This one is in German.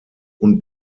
und